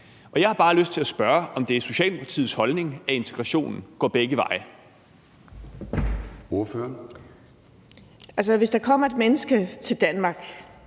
Og jeg har bare lyst til at spørge, om det er Socialdemokratiets holdning, at integrationen går begge veje. Kl. 10:34 Formanden (Søren